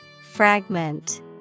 Fragment